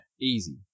easy